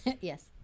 Yes